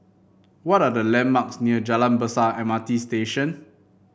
what are the landmarks near Jalan Besar M R T Station